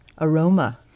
aroma